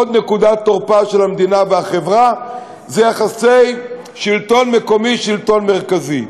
עוד נקודת תורפה של המדינה והחברה היא יחסי שלטון מקומי שלטון מרכזי.